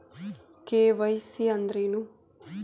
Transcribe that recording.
KYC ಅಂದ್ರೇನು?